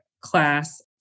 class